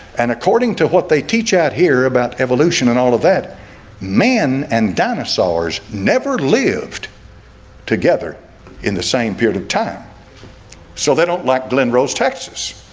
and according to what they teach out here about evolution and all of that men and dinosaurs never lived together in the same period of time so they don't like glen rose texas.